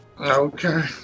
Okay